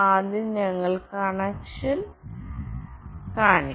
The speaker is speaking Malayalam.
ആദ്യം ഞങ്ങൾ കണക്ഷൻ കാണും